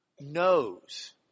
Knows